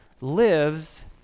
lives